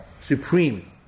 supreme